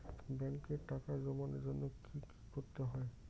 ব্যাংকে টাকা জমানোর জন্য কি কি করতে হয়?